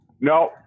No